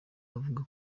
bavuga